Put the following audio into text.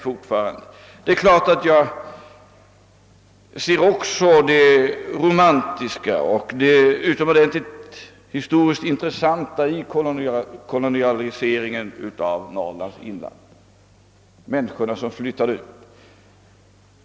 Även jag ser naturligtvis det romantiska och det historiskt intressanta i koloniseringen av Norrlands inland.